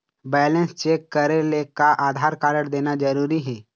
Balance check करेले का Aadhaar card देना जरूरी हे?